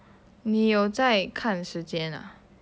你有在看时间啊